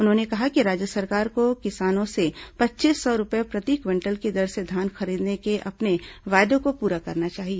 उन्होंने कहा कि राज्य सरकार को किसानों से पच्चीस सौ रूपये प्रति क्विंटल की दर से धान खरीदने के अपने वायदे को पूरा करना चाहिए